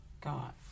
God